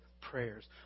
prayers